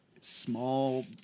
small